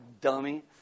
Dummy